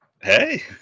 Hey